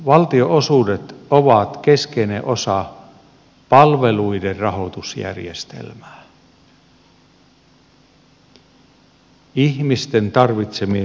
valtionosuudet ovat keskeinen osa palveluiden rahoitusjärjestelmää ihmisten tarvitsemien hyvinvointipalveluiden rahoitusjärjestelmää